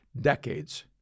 decades